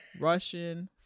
russian